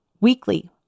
weekly